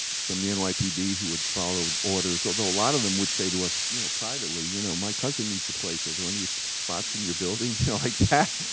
from the and nypd who would follow orders. although a lot of them would say to us, you know, privately, you know, my cousin needs a place, is there any spots in your building? you know, like that,